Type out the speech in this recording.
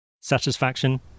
Satisfaction